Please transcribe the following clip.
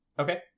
Okay